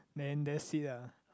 then that's it ah